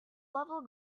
level